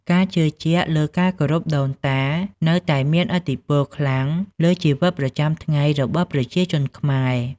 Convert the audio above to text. ការជឿជាក់លើការគោរពដូនតានៅតែមានឥទ្ធិពលខ្លាំងលើជីវិតប្រចាំថ្ងៃរបស់ប្រជាជនខ្មែរ។